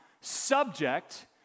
subject